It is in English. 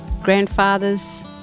grandfathers